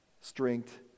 strength